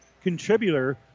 contributor